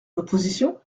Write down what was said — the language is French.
l’opposition